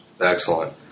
Excellent